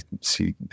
see